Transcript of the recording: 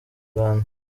rwanda